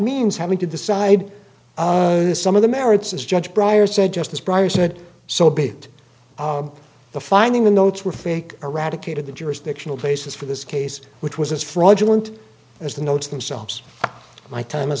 means having to decide some of the merits as judge bryer said justice breyer said so be it the finding the notes were fake eradicated the jurisdictional places for this case which was as fraudulent as the notes themselves my time is